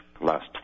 last